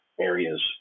areas